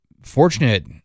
fortunate